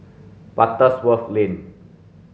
Butterworth Lane